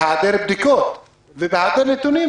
בהיעדר בדיקות, בהיעדר נתונים.